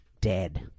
dead